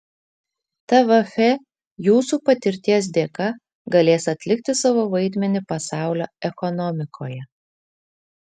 tvf jūsų patirties dėka galės atlikti savo vaidmenį pasaulio ekonomikoje